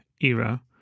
era